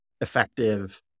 effective